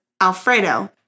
Alfredo